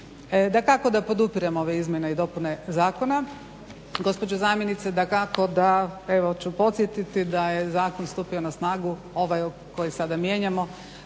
Dakako da podupirem ove izmjene i dopune zakona. Gospođo zamjenice evo podsjetiti da je zakon stupio na snagu ovaj koji sada mijenjamo